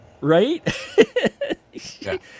Right